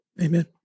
Amen